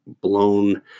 blown